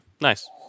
nice